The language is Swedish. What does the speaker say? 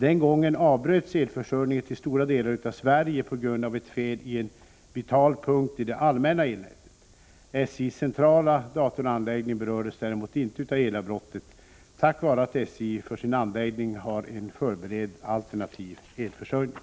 Den gången avbröts elförsörjningen till stora delar av Sverige på grund av ett fel i en vital punkt i det allmänna elnätet. SJ:s centrala datoranläggning berördes däremot inte av elavbrottet tack vare att SJ för sin anläggning har en förberedd alternativ elförsörjning.